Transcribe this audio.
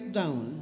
down